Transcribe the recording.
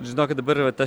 žinokit dabar yra ta